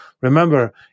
Remember